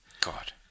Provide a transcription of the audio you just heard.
god